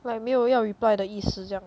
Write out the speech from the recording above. like 没有要 reply 的意思这样